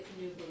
new